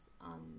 on